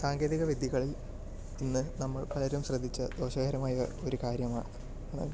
സാങ്കേതികവിദ്യകൾ ഇന്ന് നമ്മൾ ഏറ്റവും ശ്രദ്ധിച്ച ദോഷകരമായ ഒരു കാര്യമാണ്